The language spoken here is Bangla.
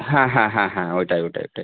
হ্যাঁ হ্যাঁ হ্যাঁ হ্যাঁ ওইটাই ওটাই ওটাই